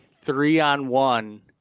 three-on-one